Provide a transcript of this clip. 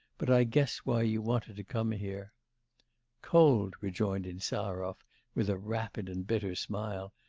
but i guess why you wanted to come here cold! rejoined insarov with a rapid and bitter smile,